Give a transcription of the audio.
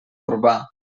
urbà